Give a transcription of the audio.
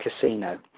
casino